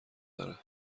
داره